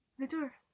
the door,